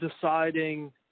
deciding